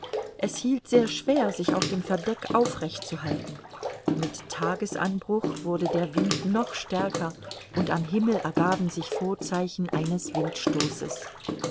es hielt sehr schwer sich auf dem verdeck aufrecht zu halten mit tagesanbruch wurde der wind noch stärker und am himmel ergaben sich vorzeichen eines windstoßes